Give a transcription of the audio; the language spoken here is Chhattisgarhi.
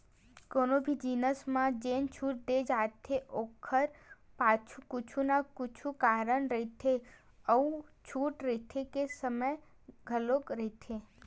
कोनो भी जिनिस म जेन छूट दे जाथे ओखर पाछू कुछु न कुछु कारन रहिथे अउ छूट रेहे के समे घलो रहिथे